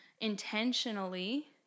intentionally